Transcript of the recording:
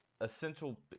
essential